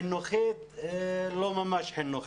חינוכית, זה לא ממש חינוכי.